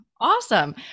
Awesome